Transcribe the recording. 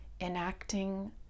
enacting